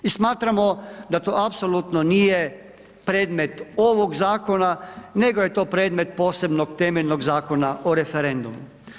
I smatramo da to apsolutno nije predmet ovog zakona, nego je to predmet posebnog temeljnog Zakona o referendumu.